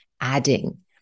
adding